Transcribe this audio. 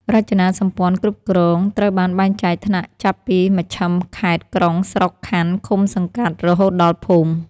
រចនាសម្ព័ន្ធគ្រប់គ្រងត្រូវបានបែងចែកថ្នាក់ចាប់ពី មជ្ឈិម ខេត្ត-ក្រុង ស្រុក-ខណ្ឌ ឃុំ-សង្កាត់ រហូតដល់ភូមិ។